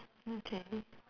okay